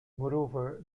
moreover